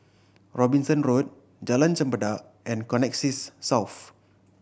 Robinson Road Jalan Chempedak and Connexis South